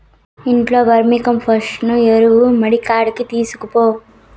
ఇంట్లో వర్మీకంపోస్టు ఎరువు మడికాడికి తీస్కపో